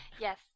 Yes